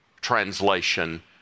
translation